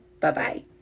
Bye-bye